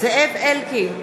זאב אלקין,